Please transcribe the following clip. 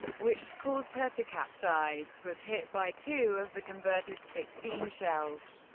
which caused her to capsize. was hit by two of the converted sixteen shells,